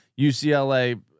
UCLA